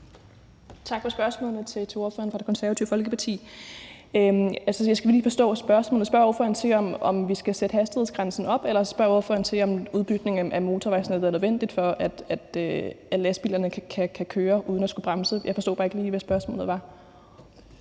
Tak for spørgsmålet til hr. Niels Flemming Hansen fra Det Konservative Folkeparti. Jeg skal lige forstå spørgsmålet. Spørger spørgeren, om vi skal sætte hastighedsgrænsen op, eller spørger spørgeren, om udbygningen af motorvejsnettet er nødvendig for, at lastbilerne kan køre uden at skulle bremse? Jeg forstod bare ikke lige, hvad spørgsmålet var.